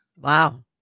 Wow